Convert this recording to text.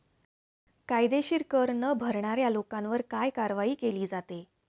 कायदेशीर कर न भरणाऱ्या लोकांवर काय कारवाई केली जाते?